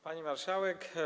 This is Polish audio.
Pani Marszałek!